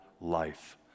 life